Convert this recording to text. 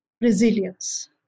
resilience